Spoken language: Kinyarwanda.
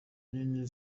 nini